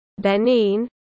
Benin